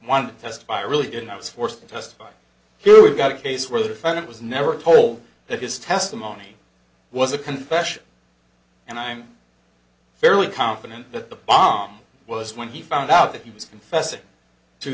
one testify really and i was forced to testify here we've got a case where the defendant was never told that his testimony was a confession and i'm fairly confident that the bomb was when he found out that he was confessing to